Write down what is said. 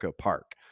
park